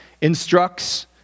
instructs